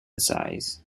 size